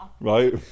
right